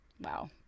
Wow